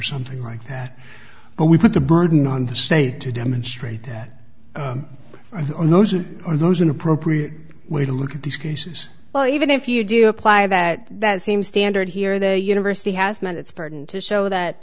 something like that and we put the burden on the state to demonstrate that the nose or are those an appropriate way to look at these cases well even if you do apply that that same standard here the university has met its burden to show that